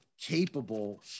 capable